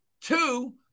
two